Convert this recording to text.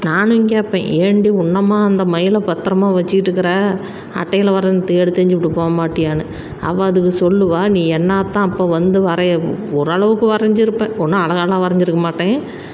நானும் கேட்பேன் ஏன்டி இன்னுமா அந்த மயிலை பத்திரமா வச்சிட்டு இருக்கிற அட்டையில் வரைஞ்சத எடுத்து எரிஞ்சுவிட்டு போகமாட்டியான்னு அவள் அதுக்கு சொல்லுவாள் நீ என்னாத்தான் அப்போது வந்து வரைய ஓரளவுக்கு வரைஞ்சிருப்பேன் ஒன்றும் அழகாலான் வரைஞ்சிருக்கமாட்டேன்